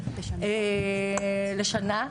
לשנה.